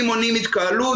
אם מונעים התקהלות,